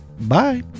bye